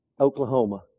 Oklahoma